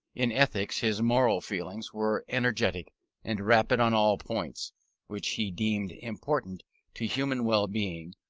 in ethics his moral feelings were energetic and rigid on all points which he deemed important to human well being,